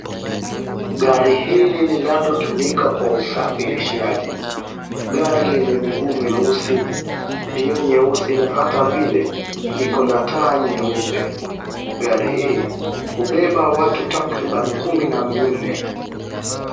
Gari hili linalotumika kwa usafirishiaji. Gari lenye miguu meusi, vioo nyeusi na hata vile ikona taa nyeupe. Gari hii hubeba watu takriban kumi na minne.